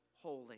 holy